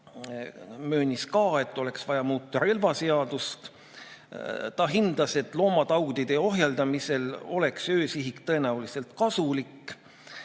möönis ka, et oleks vaja muuta relvaseadust. Ta hindas, et loomataudide ohjeldamisel oleks öösihik tõenäoliselt kasulik,